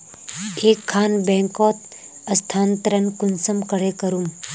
एक खान बैंकोत स्थानंतरण कुंसम करे करूम?